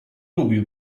lubił